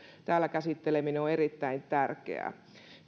käsitteleminen täällä on erittäin tärkeää